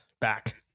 back